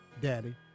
daddy